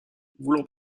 voulant